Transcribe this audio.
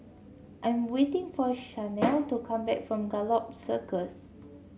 I'm waiting for Shanell to come back from Gallop Circus